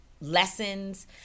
lessons